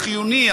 החיוני,